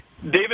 David